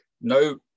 no